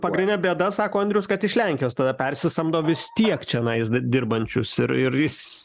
pagrindinė bėda sako andrius kad iš lenkijos tada persisamdo vis tiek čionais dirbančius ir ir jis